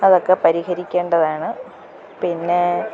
അതൊക്കെ പരിഹരിക്കേണ്ടതാണ് പിന്നെ